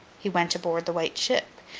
he went aboard the white ship,